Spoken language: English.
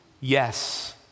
yes